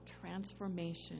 transformation